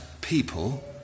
people